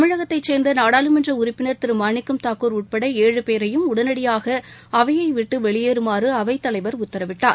தமிழகத்தை சேர்ந்த நாடாளுமன்ற உறுப்பினர் திரு மாணிக்கம் தாக்கூர் உட்பட ஏழு பேரையும் உடனடியாக அவையை விட்டு வெளியேறுமாறு அவைத்தலைவர் உத்தரவிட்டார்